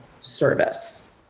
service